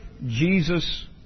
Jesus